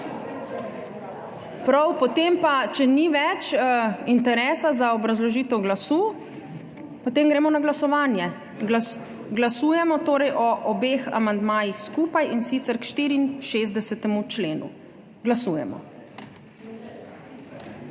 Prav, če ni več interesa za obrazložitev glasu, potem gremo na glasovanje. Glasujemo o obeh amandmajih skupaj, in sicer k 64. členu. Glasujemo.